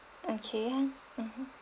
okay mmhmm